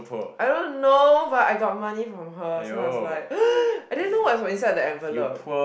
I don't know but I got money from her so I was like I didn't know what's what's inside the envelope